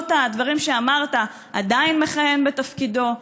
שלמרות הדברים שאמרת עדיין מכהן בתפקידו.